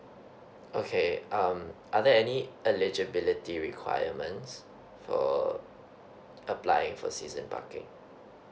okay um are there any eligibility requirements for applying for season parking